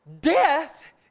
death